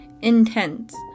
Intense